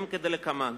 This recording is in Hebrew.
הם כדלקמן: